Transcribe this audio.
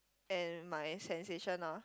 and my sensation ah